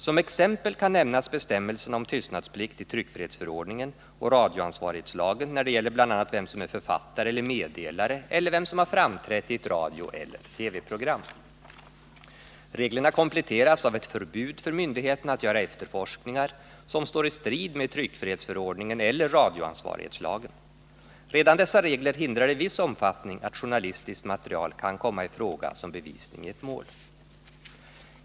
Som exempel kan nämnas bestämmelserna om tystnadsplikt i tryckfrihetsförordningen och radioansvarighetslagen när det gäller bl.a. vem som är författare eller meddelare eller vem som har framträtt i ett radioeller TV-program. Reglerna kompletteras av ett förbud för myndigheterna att göra efterforskningar, som står i strid med tryckfrihetsförordningen eller radioansvarighetslagen. Redan dessa regler hindrar i viss omfattning att journalistiskt material kan komma i fråga som bevisning i ett mål.